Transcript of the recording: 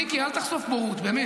מיקי, אל תחשוף בורות, באמת.